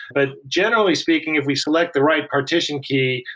but generally speaking if we select the right partition key,